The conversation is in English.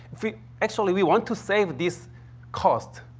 if we actually, we want to save this cost.